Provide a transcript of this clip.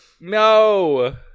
no